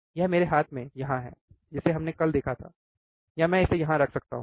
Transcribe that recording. यह मेरे हाथ में यहाँ है जिसे हमने कल देखा था या मैं इसे यहाँ रख सकता हूँ